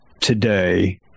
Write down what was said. today